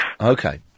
Okay